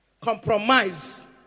Compromise